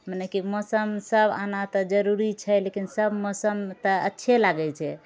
मनेकि मौसमसब आना तऽ जरूरी छै लेकिन सब मौसम तऽ अच्छे लागै छै